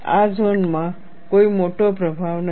આ ઝોનમાં કોઈ મોટો પ્રભાવ નથી